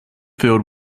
field